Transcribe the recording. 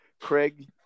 Craig